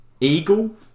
eagle